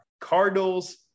Cardinals